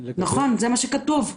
זה מה שכתוב.